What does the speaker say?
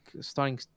starting